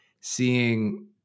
seeing